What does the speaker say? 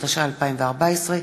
התשע"ה 2014,